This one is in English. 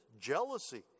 Jealousy